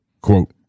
quote